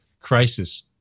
crisis